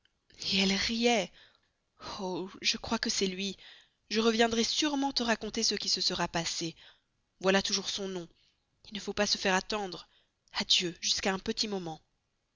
et elle riait oh je crois que c'est lui je reviendrai sûrement te raconter ce qui se sera passé voilà toujours son nom il ne faut pas se faire attendre adieu jusqu'à un petit moment